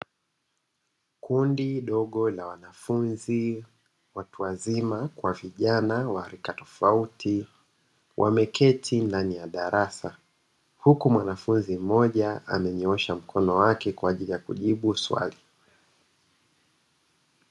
Kundi ndogo la wanafunzi, watu wazima kwa vijana wa rika tofauti, wameketini ndani ya darasa huku mwanafunzi mmoja amenyoosha mkono wake kwa ajili ya kujibu swali.